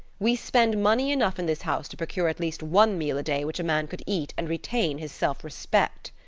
we spend money enough in this house to procure at least one meal a day which a man could eat and retain his self-respect.